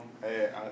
hey